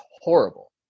horrible